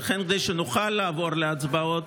ולכן כדי שנוכל לעבור להצבעות,